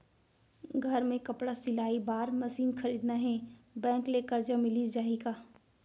घर मे कपड़ा सिलाई बार मशीन खरीदना हे बैंक ले करजा मिलिस जाही का?